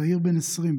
צעיר בן 20,